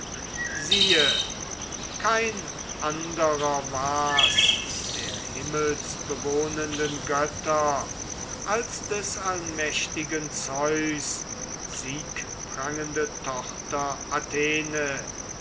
siehe kein anderer war's der himmelbewohnenden götter als des allmächtigen zeus siegprangende tochter athene